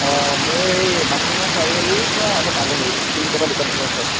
অঁ মোৰ এই বামুণগাওঁ চাৰিআলিৰ পৰা অলপ আগলৈ এই চুলি কটা দোকানখনৰ ওচৰত